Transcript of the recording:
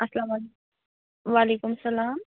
اَلسلام وعلیکُم السَلام